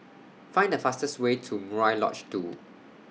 Find The fastest Way to Murai Lodge two